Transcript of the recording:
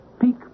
peak